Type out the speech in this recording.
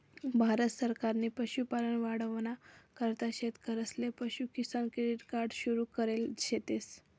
भारत सरकारनी पशुपालन वाढावाना करता शेतकरीसले पशु किसान क्रेडिट कार्ड सुरु करेल शेतस